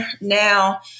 Now